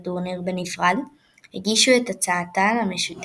אך בעקבות פרשיית השחיתות בפיפ"א,